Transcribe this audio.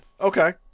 Okay